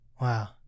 Wow